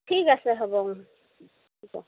ঠিক আছে হ'ব